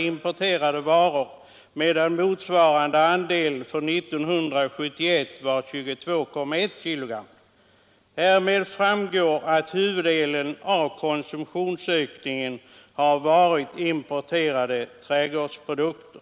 importerade varor 1960, medan motsvarande andel 1971 var 22,1 kg. Härav framgår att huvuddelen av konsumtionsökningen har avsett importerade trädgårdsprodukter.